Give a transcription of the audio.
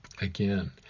Again